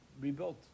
rebuilt